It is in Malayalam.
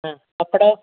ആ പപ്പടമോ